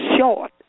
short